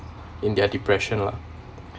in their depression lah